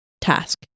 task